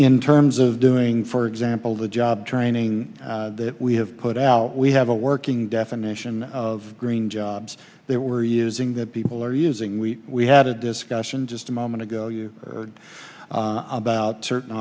in terms of doing for example the job training that we have put out we have a working definition of green jobs they were using that people are using we we had a discussion just a moment ago you heard about certain